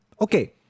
Okay